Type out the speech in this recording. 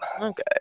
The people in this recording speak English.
Okay